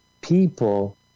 people